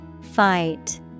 Fight